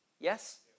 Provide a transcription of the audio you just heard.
Yes